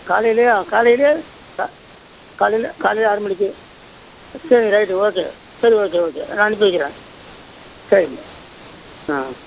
காலையிலியா காலையிலியே க காலையில் காலையில் ஆறு மணிக்கு சரி ரைட்டு ஓகே சரி ஓகே ஓகே நான் அனுப்பிவைக்கிறேன் சரிங்க ஆ